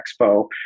Expo